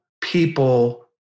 people